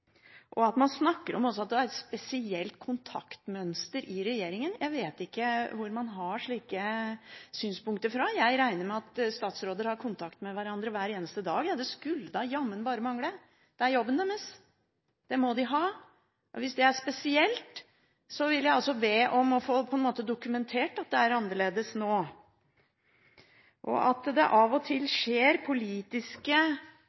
var ordentlig. Man snakker også om at det var et spesielt kontaktmønster i regjeringen. Jeg vet ikke hvor man har slike synspunkter fra. Jeg regner med at statsråder har kontakt med hverandre hver eneste dag – det skulle da bare mangle! Det er jobben deres. Det må de ha. Hvis det er spesielt, vil jeg be om å få det dokumentert at det er annerledes nå. At det av og